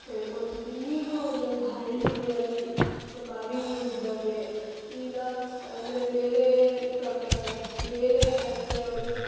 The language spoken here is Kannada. ಎಳ್ಕೊಂತಿದ್ರು ಈಗಲೂ ಒಂದೊಂದು ಹಳ್ಳಿಗಳಲ್ಲಿ ಬಾವಿಗಳು ಇದ್ದಾವೆ ಈಗ ಅಂದರೆ ಬೇರೆ ಪ್ರಪ ಬೇರೆ ಕಂಟ್ರಿ ಅವ್ರಿಗೆ